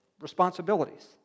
responsibilities